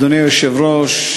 אדוני היושב-ראש,